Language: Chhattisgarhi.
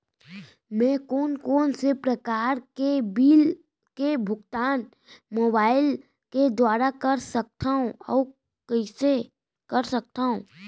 मैं कोन कोन से प्रकार के बिल के भुगतान मोबाईल के दुवारा कर सकथव अऊ कइसे कर सकथव?